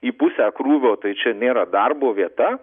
į pusę krūvio tai čia nėra darbo vieta